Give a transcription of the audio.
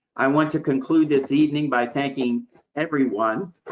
i want to conclude this evening by thanking everyone,